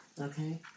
okay